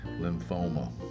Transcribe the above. lymphoma